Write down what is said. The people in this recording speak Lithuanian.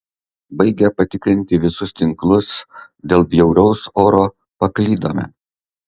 baigę patikrinti visus tinklus dėl bjauraus oro paklydome